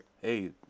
Hey